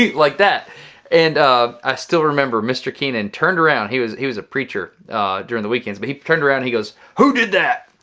like that and um i still remember mr. keenan turned around. he was he was a preacher during the weekends but he turned around, he goes who did that?